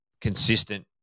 consistent